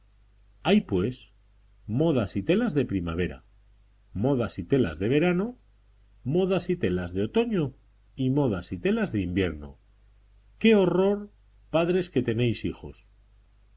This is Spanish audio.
hay pues modas y telas de primavera modas y telas de verano modas y telas de otoño y modas y telas de invierno qué horror padres que tenéis hijos